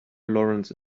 laurence